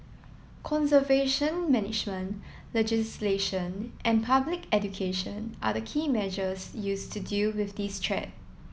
conservation management legislation and public education are the key measures used to deal with this threat